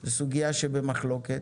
זאת סוגיה שבמחלוקת.